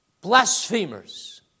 blasphemers